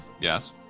yes